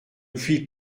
puis